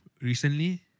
recently